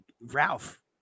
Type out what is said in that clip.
Ralph